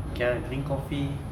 cannot drink coffee